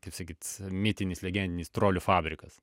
kaip sakyt mitinis legendinis trolių fabrikas